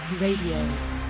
Radio